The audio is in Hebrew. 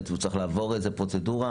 הוא צריך לעבור איזו שהיא פרוצדורה?